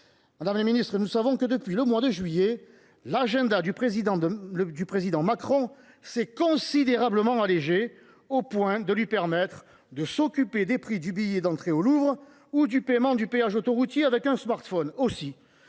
Madame la ministre, nous savons que, depuis le mois de juillet dernier, l’agenda du président Macron s’est considérablement allégé, au point de lui permettre de s’occuper des prix du billet d’entrée au Louvre ou du paiement du péage autoroutier avec un smartphone. Aussi,